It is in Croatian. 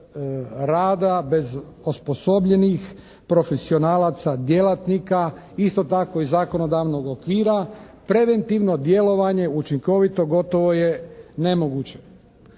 bez osposobljenih profesionalaca djelatnika isto tako i zakonodavnog okvira preventivno djelovanje učinkovito gotovo je nemoguće.